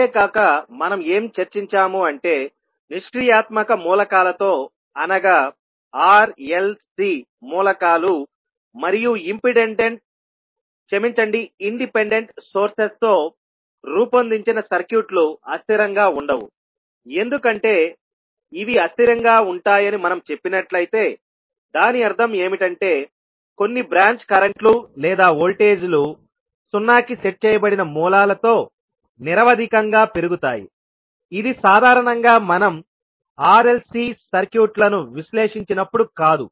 అంతేకాక మనం ఏమి చర్చించాము అంటే నిష్క్రియాత్మక మూలకాలతో అనగా R L C మూలకాలు మరియు ఇండిపెండెంట్ సోర్సెస్ తో రూపొందించిన సర్క్యూట్లు అస్థిరంగా ఉండవు ఎందుకంటే ఇవి అస్థిరంగా ఉంటాయని మనం చెప్పినట్లయితే దాని అర్థం ఏమిటంటే కొన్ని బ్రాంచ్ కరెంట్ లు లేదా వోల్టేజీలు సున్నాకి సెట్ చేయబడిన మూలాలతో నిరవధికంగా పెరుగుతాయి ఇది సాధారణంగా మనం R L C సర్క్యూట్లను విశ్లేషించినప్పుడు కాదు